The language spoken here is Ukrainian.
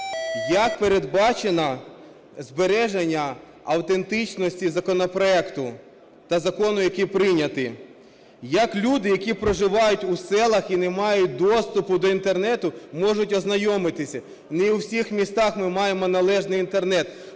Як передбачено збереження автентичності законопроекту та закону, який прийнятий? Як люди, які проживають у селах і не мають доступу до Інтернету, можуть ознайомитися? Не у всіх містах ми маємо належний Інтернет,